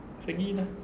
segi dah